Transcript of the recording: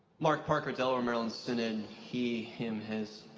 mark parker delaware-maryland synod, he, him, his.